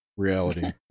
Reality